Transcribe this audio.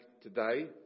today